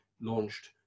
launched